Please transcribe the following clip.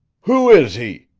who is he?